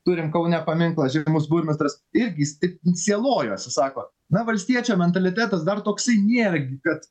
turim kaune paminklą žymus burmistras irgi jis tik sielojosi sako na valstiečio mentalitetas dar toksai nėra kad